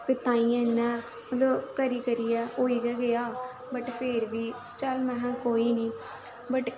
फिर ताइंयै इ'यां मतलब करी करियै होई गै गेआ बट फिर बी चल महा कोई निं बट